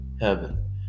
heaven